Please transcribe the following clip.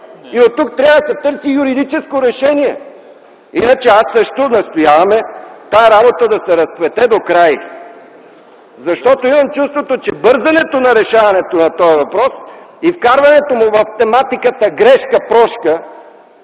И оттук трябва да се търси юридическо решение. Иначе ние също настояваме тази работа да се разплете докрай. Защото имам чувството, че бързането на този въпрос и вкарването му в тематиката грешка-прошка,